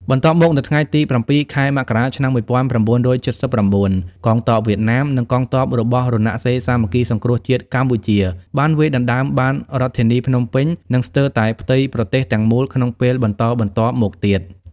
បន្ទាប់មកនៅថ្ងៃទី ៧ ខែមករា ឆ្នាំ ១៩៧៩ កងទ័ពវៀតណាម និងកងទ័ពរបស់រណសិរ្សសាមគ្គីសង្គ្រោះជាតិកម្ពុជាបានវាយដណ្តើមបានរដ្ឋធានីភ្នំពេញ និងស្ទើរតែផ្ទៃប្រទេសទាំងមូលក្នុងពេលបន្តបន្ទាប់មកទៀត។